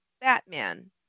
Batman